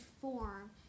form